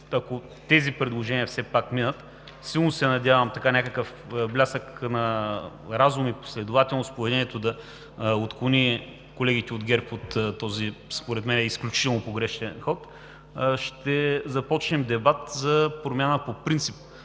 ако тези предложения все пак минат, силно се надявам някакъв блясък на разум и последователност в поведението да отклони колегите от ГЕРБ от този според мен изключително погрешен ход, ще започнем дебат за промяна по принцип